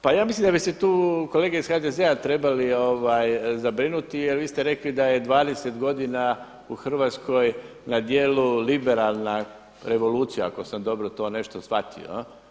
Pa ja mislim da bi se tu kolege iz HDZ-a trebali zabrinuti jer vi ste rekli da je 20 godina u Hrvatskoj na djelu liberalna revolucija ako sam dobro to nešto shvatio?